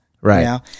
Right